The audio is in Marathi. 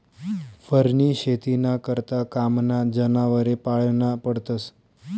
फरनी शेतीना करता कामना जनावरे पाळना पडतस